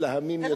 מתלהמים יותר.